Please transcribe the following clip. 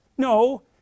No